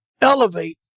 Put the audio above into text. elevate